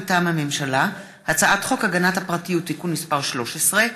מטעם הממשלה: הצעת חוק הגנת הפרטיות (תיקון מס' 13),